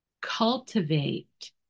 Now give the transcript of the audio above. cultivate